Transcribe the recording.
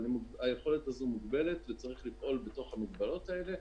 אבל היכולת הזאת מוגבלת וצריך לפעול בתוך המגבלות האלה.